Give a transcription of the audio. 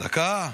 דקה.